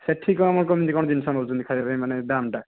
ସେଇଠି କ'ଣ କେମିତି କ'ଣ ଜିନିଷ ନେଉଛନ୍ତି ଖାଇବାପାଇଁ ମାନେ ଦାମ୍ ଟା